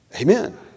Amen